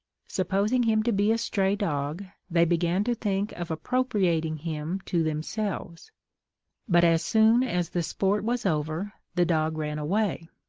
supposing him to be a stray dog, they began to think of appropriating him to themselves but as soon as the sport was over, the dog ran away.